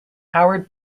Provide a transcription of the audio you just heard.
howard